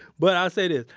but i'll say this.